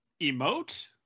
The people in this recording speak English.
emote